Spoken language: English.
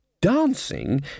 Dancing